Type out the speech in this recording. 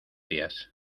días